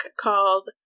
called